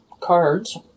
cards